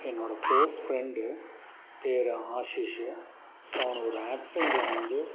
என்னோடய close friend பேர் Ashish so அவனுக்கு ஒரு ஆக்ஸிடெண்ட்டில் வந்து